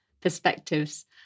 perspectives